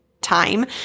time